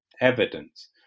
evidence